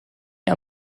mir